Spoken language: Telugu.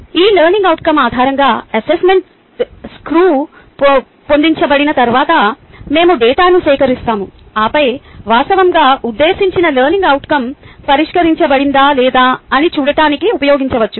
ఈ లెర్నింగ్ అవుట్కం ఆధారంగా అసెస్మెంట్ టాస్క్ రూపొందించబడిన తర్వాత మేము డేటాను సేకరిస్తాము ఆపై వాస్తవంగా ఉద్దేశించిన లెర్నింగ్ అవుట్కం పరిష్కరించబడిందా లేదా అని చూడటానికి ఉపయోగించవచ్చు